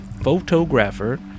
photographer